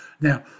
Now